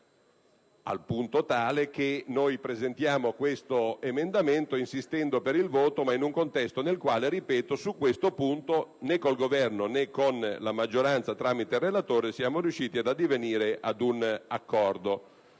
una convergenza. Presentiamo dunque questo emendamento, insistendo per il voto, ma in un contesto nel quale, ripeto, su questo punto, né con il Governo, né con la maggioranza tramite il relatore, siamo riusciti ad addivenire a un accordo.